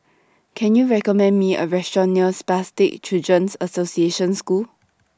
Can YOU recommend Me A Restaurant near Spastic Children's Association School